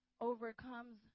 overcomes